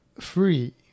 Free